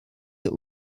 wir